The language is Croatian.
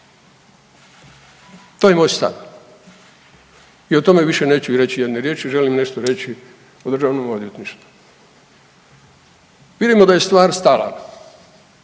To je moj stav i o tome više neću reći ijedne riječi, želim nešto reći od državnom odvjetništvu. Vidimo da je stvar stala,